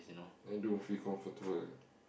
I don't feel comfortable